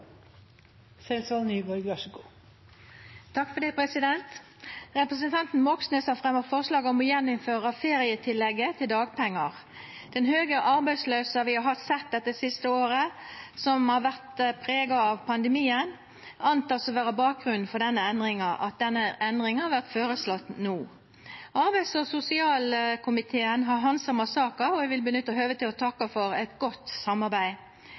Representanten Moxnes har fremma forslag om å ta inn att ferietillegget til dagpengar. Den høge arbeidsløysa vi har sett dette siste året som har vore prega av pandemien, er truleg bakgrunnen for at denne endringa vertforeslått no. Arbeids- og sosialkomiteen har handsama saka, og eg vil nytta høvet til å takka for eit godt samarbeid.